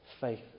faith